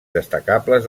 destacables